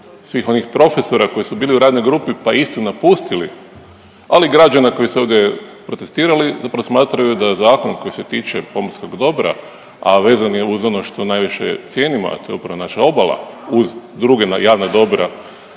svih onih profesora koji su bili u radnoj grupi pa istu napustili, ali i građani koji su ovdje protestirali, zapravo smatraju da zakon koji se tiče pomorskog dobra, a vezan je uz ono što najviše cijenimo, a to je upravo naša obala, uz druge javna dobra